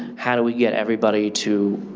how do we get everybody to